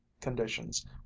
conditions